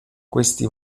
questi